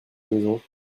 maison